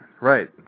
right